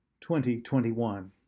2021